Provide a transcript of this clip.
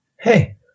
Hey